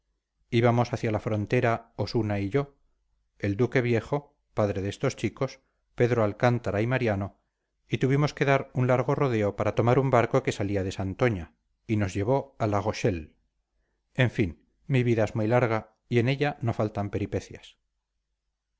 íbamos hacia la frontera osuna y yo el duque viejo padre de estos chicos pedro alcántara y mariano y tuvimos que dar un largo rodeo para tomar un barco que salía de santoña y nos llevó a la rochelle en fin mi vida es muy larga y en ella no faltan peripecias